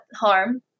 harm